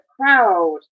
crowd